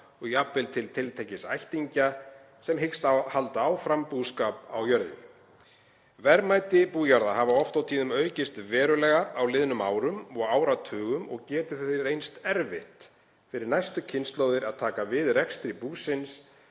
og jafnvel til tiltekins ættingja sem hyggst halda áfram búskap á jörðinni. Verðmæti bújarða hafa oft og tíðum aukist verulega á liðnum árum og áratugum og getur því reynst erfitt fyrir næstu kynslóðir að taka við rekstri búsins